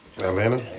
Atlanta